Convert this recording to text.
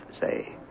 say